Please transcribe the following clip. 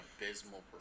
abysmal